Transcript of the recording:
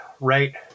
right